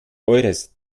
eures